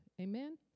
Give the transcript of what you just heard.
amen